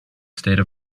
state